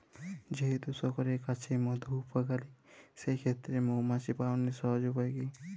যেহেতু সকলের কাছেই মধু উপকারী সেই ক্ষেত্রে মৌমাছি পালনের সহজ উপায় কি?